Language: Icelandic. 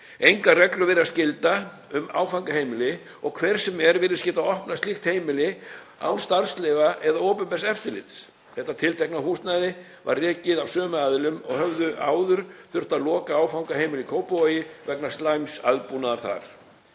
Engar reglur virðast gilda um áfangaheimili og hver sem er virðist geta opnað slíkt heimili án starfsleyfa eða opinbers eftirlits. Þetta tiltekna húsnæði var rekið af sömu aðilum og höfðu áður þurft að loka áfangaheimili í Kópavogi vegna slæms aðbúnaðar þar.